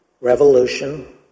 revolution